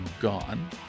gone